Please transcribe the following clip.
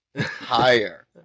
Higher